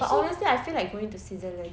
but honestly I feel like going to switzerland